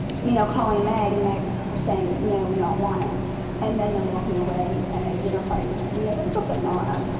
you know, calling meg and meg saying, no, we don't want it and and um walking away and at a dinner party saying you know those folks at nara,